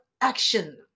action